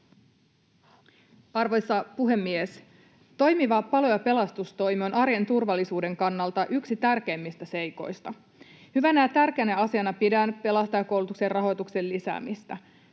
Arvoisa puhemies! Toimiva palo‑ ja pelastustoimi on arjen turvallisuuden kannalta yksi tärkeimmistä seikoista. Hyvänä ja tärkeänä asiana pidän pelastajakoulutuksen rahoituksen lisäämistä.